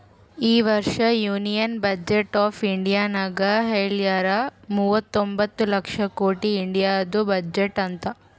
ಈ ವರ್ಷ union budget of ಇಂಡಿಯಾನಾಗ್ ಹೆಳ್ಯಾರ್ ಮೂವತೊಂಬತ್ತ ಲಕ್ಷ ಕೊಟ್ಟಿ ಇಂಡಿಯಾದು ಬಜೆಟ್ ಅಂತ್